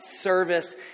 service